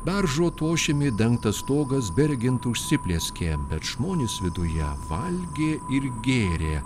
beržo tošimi dengtas stogas beregint užsiplieskė bet žmonės viduje valgė ir gėrė